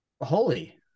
holy